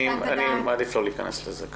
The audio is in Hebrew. אני מעדיף לא להיכנס לזה כרגע.